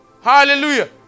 Hallelujah